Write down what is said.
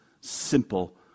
simple